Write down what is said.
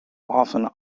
often